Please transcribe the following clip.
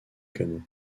canot